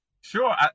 Sure